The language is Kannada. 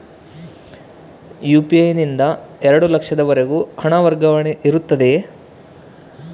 ಯು.ಪಿ.ಐ ನಿಂದ ಎರಡು ಲಕ್ಷದವರೆಗೂ ಹಣ ವರ್ಗಾವಣೆ ಇರುತ್ತದೆಯೇ?